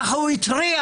כך התריע.